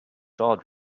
jaw